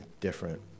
different